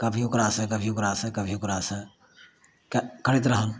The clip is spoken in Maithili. कभी ओकरासँ कभी ओकरा सँ कभी ओकरा सँ करैत रहल